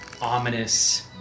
ominous